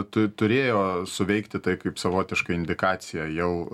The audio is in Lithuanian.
tu turėjo suveikti tai kaip savotiška indikacija jau